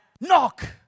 Knock